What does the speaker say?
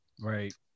Right